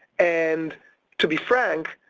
and to be frank,